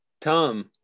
Tom